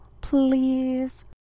please